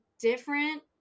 different